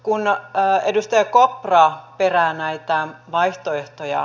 kun edustaja kopra perää näitä vaihtoehtoja